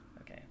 Okay